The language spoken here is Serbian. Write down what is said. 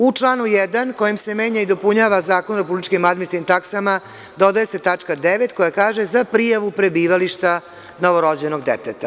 U članu 1. u kojem se menja i dopunjava Zakon o republičkim administrativnim taksama, dodaje se tačka 9), koja kaže – Za prijavu prebivališta novorođenog deteta.